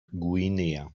guinea